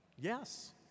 yes